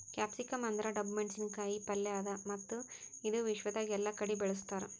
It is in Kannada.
ಕ್ಯಾಪ್ಸಿಕಂ ಅಂದುರ್ ಡಬ್ಬು ಮೆಣಸಿನ ಕಾಯಿ ಪಲ್ಯ ಅದಾ ಮತ್ತ ಇದು ವಿಶ್ವದಾಗ್ ಎಲ್ಲಾ ಕಡಿ ಬೆಳುಸ್ತಾರ್